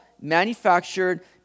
manufactured